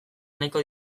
nahiko